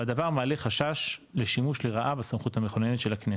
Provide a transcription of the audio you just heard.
והדבר מעלה חשש לשימוש לרעה בסמכות המכוננת של הכנסת,